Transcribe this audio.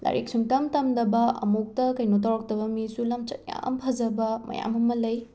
ꯂꯥꯏꯔꯤꯛ ꯁꯨꯡꯇꯝ ꯇꯝꯗꯕ ꯑꯃꯨꯛꯇ ꯀꯩꯅꯣ ꯇꯧꯔꯛꯇꯕ ꯃꯤꯁꯨ ꯂꯝꯆꯠ ꯌꯥꯝ ꯐꯖꯕ ꯃꯌꯥꯝ ꯑꯃ ꯂꯩ